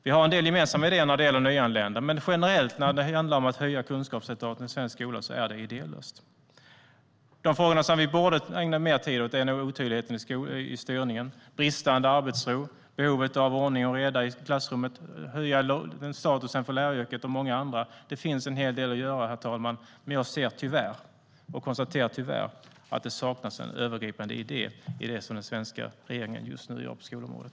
Vi har en del gemensamma idéer när det gäller nyanlända, men generellt när det gäller att höja kunskapsresultaten i svensk skola är det idélöst. De frågor vi borde ägna mer tid åt är otydligheten i styrningen, bristande arbetsro, behovet av ordning och reda i klassrummet, höjningen av läraryrkets status och mycket mer. Det finns en hel del att göra, herr talman, men tyvärr saknas det en övergripande idé i det som den svenska regeringen gör på skolområdet.